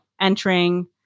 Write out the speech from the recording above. entering